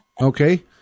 Okay